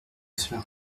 cela